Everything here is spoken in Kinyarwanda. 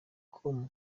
com